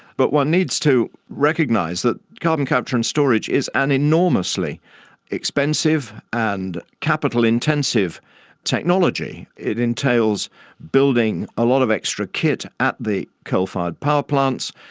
but one needs to recognise that carbon capture and storage is an enormously expensive and capital intensive technology. it entails building a lot of extra kit at the coal-fired power plants,